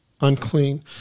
Unclean